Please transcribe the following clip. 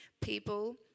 people